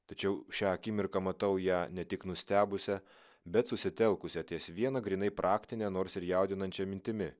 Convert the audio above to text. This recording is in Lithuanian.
tačiau šią akimirką matau ją ne tik nustebusią bet susitelkusią ties viena grynai praktine nors ir jaudinančia mintimi